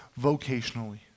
vocationally